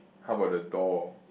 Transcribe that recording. how about the door